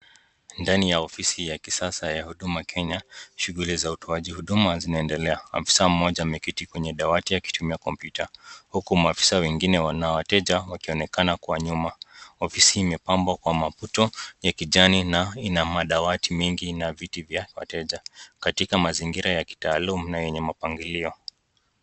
Ndani ya ofisi za kisasa za huduma Kenya shuguli za utoaji huduma zinaendelea. Afisa mmoja ameketi kwenye dawati akitumia kompyuta huku maasifa wengine wana wateja wakionekana kwa nyuma. Ofisi imepambwa kwa maputo ya kijani na ina madawati mengi na viti vya wateja katika mazingira ya kitaalum na yenye mapangilio .